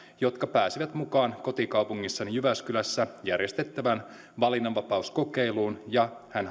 jotka pääsivät mukaan kotikaupungissani jyväskylässä järjestettävään valinnanvapauskokeiluun ja